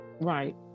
Right